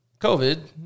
COVID